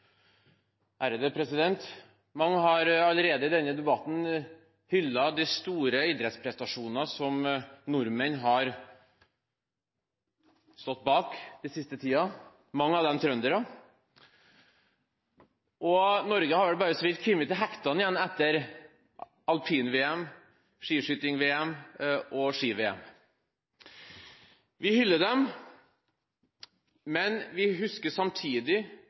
replikkordskiftet avsluttet. Mange har i denne debatten allerede hyllet de store idrettsprestasjonene som nordmenn har stått bak den siste tiden – mange av dem trøndere. Norge har vel bare så vidt kommet til hektene igjen etter Alpin-VM, VM i skiskyting og Ski-VM. Vi hyller dem, men vi husker samtidig